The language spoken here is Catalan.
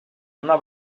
una